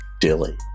dilly